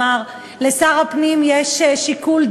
המבקר ופועלת בנחישות ובאחריות לתיקון הליקויים.